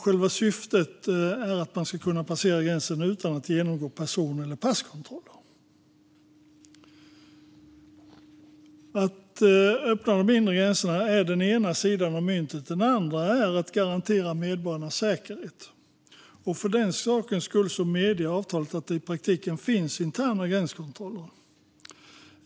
Själva syftet är att man ska kunna passera gränserna utan att genomgå person eller passkontroller. Att öppna de inre gränserna är den ena sidan av myntet. Den andra är att garantera medborgarnas säkerhet. För den sakens skull medger avtalet att det i praktiken finns interna gränskontroller.